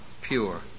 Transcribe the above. pure